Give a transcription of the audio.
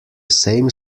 same